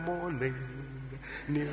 Morning